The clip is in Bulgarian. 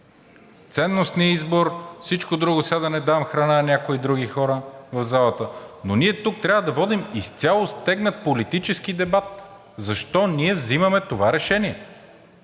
ценностният избор, всичко друго – сега да не давам храна на някои други хора в залата, но ние тук трябва да водим изцяло стегнат политически дебат защо ние взимаме това решение.